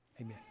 Amen